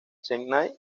chennai